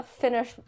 finish